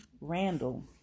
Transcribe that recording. Randall